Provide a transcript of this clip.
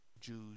Jews